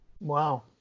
Wow